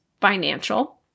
financial